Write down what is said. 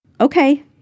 Okay